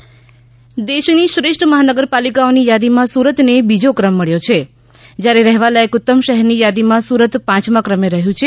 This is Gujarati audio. સુરત એવાર્ડ દેશની શ્રેષ્ઠ મહાનગરપાલિકાઓની યાદીમાં સુરતનો બીજો ક્રમ મળ્યો છે જ્યારે રહેવા લાયક ઉત્તમ શહેરની યાદીમાં સુરત પાંચમા ક્રમે રહ્યું છે